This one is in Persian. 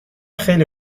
خیلی